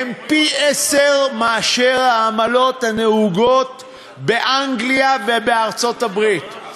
הן פי-עשרה מהעמלות הנהוגות באנגליה ובארצות-הברית.